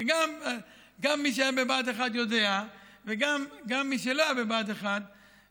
גם מי שהיה בבה"ד 1 יודע וגם מי שלא היה בבה"ד 1,